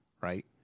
right